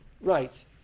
right